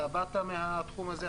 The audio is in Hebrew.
אתה באת מהתחום הזה,